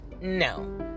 no